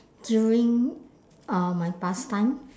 during uh my pastime